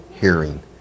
hearing